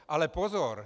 Ale pozor.